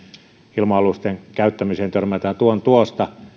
ilma alusten käyttämiseen törmätään tuon tuosta